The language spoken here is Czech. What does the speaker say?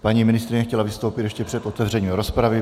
Paní ministryně chtěla vystoupit ještě před otevřením rozpravy.